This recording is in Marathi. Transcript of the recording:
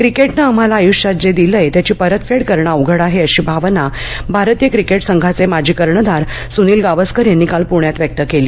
क्रिकेटने आम्हाला आयुष्यात जे दिलंय त्याची परतफेड करणं अवघड आहेअशी भावना भारतीय क्रिकेट संघाचे माजी कर्णधार सूनील गावस्कर यांनी काल प्ण्यात व्यक्त केली